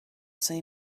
say